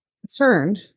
concerned